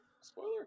spoiler